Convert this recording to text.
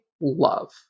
love